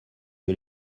que